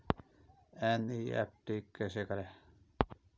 NEFT कैसे करें?